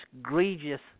egregious